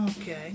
Okay